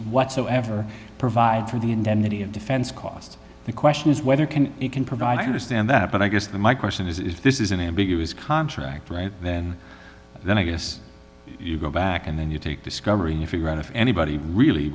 whatsoever provide for the indemnity of defense costs the question is whether can you can provide i understand that but i guess the my question is if this is an ambiguous contract right then then i guess you go back and then you take discovery you figure out if anybody really